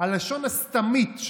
הלשון הסתמית,